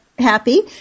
happy